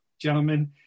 gentlemen